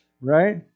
Right